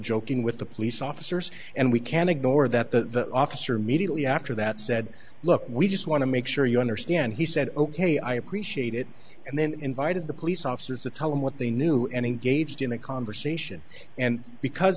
joking with the police officers and we can ignore that the officer immediately after that said look we just want to make sure you understand he said ok i appreciate it and then invited the police officers to tell him what they knew any gave him the conversation and because